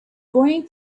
going